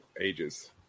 ages